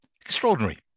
Extraordinary